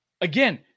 again